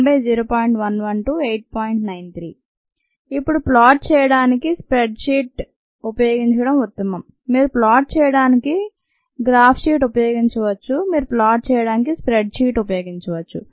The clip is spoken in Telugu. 93 ఇప్పుడు ప్లాట్ చేయడానికి స్ప్రెడ్ షీట్ ఉపయోగించడం ఉత్తమం మీరు ప్లాట్ చేయడానికి గ్రాఫ్ షీట్ ఉపయోగించవచ్చు మీరు ప్లాట్ చేయడానికి స్ప్రెడ్ షీట్ ఉపయోగించవచ్చు